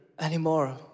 anymore